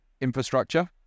infrastructure